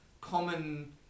common